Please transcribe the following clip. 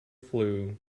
flue